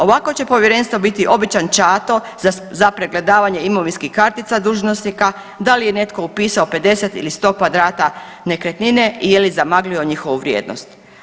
Ovako će povjerenstvo biti običan „čato“ za pregledavanje imovinskih kartica dužnosnika, da li je netko upisao 50 ili 100 kvadrata nekretnine ili je zamaglio njihovu vrijednost.